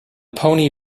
pony